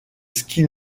ski